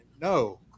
No